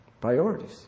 priorities